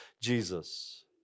Jesus